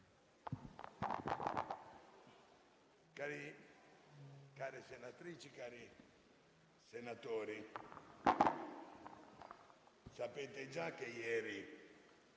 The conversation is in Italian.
Care senatrici, cari senatori, sapete già che ieri